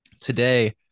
Today